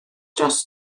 dros